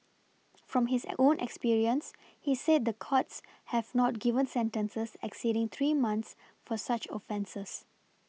from his own experience he said the courts have not given sentences exceeding three months for such offences